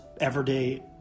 everyday